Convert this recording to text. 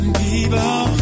people